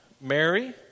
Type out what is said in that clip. Mary